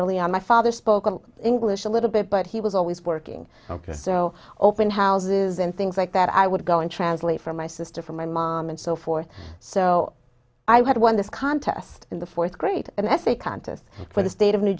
early on my father spoke english a little bit but he was always working ok so open houses and things like that i would go and translate for my sister from my mom and so forth so i had won this contest in the fourth grade an essay contest for the state of new